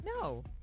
No